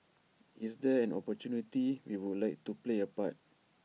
if there is an opportunity we would like to play A part